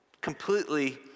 completely